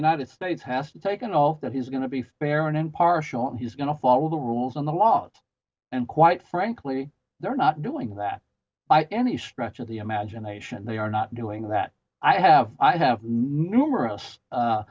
united states has taken all that he's going to be fair and impartial and he's going to follow the rules on the laws and quite frankly they're not doing that by any stretch of the imagination they are not doing that i have i have numerous